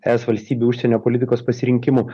es valstybių užsienio politikos pasirinkimų